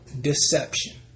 deception